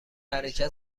حرکت